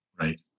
Right